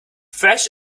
fresh